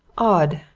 odd!